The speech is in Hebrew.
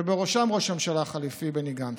ובראשה ראש הממשלה החליפי בני גנץ.